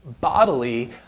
bodily